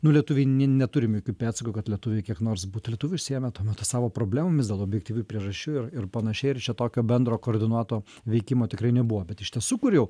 nu lietuviai n neturim jokių pėdsakų kad lietuviai kiek nors būtų lietuviai užsiėmę tuo metu savo problemomis dėl objektyvių priežasčių ir ir panašiai ir čia tokio bendro koordinuoto veikimo tikrai nebuvo bet iš tiesų kur jau